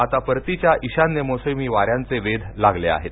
आता परतीच्या ईशान्य मोसमी वाऱ्यांचे वेध लागले अहेत